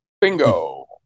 bingo